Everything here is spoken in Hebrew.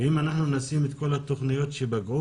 אם אנחנו נשים את כל התוכניות שפגעו